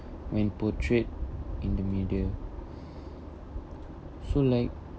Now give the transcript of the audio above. when portrayed in the media so like